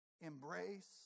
embrace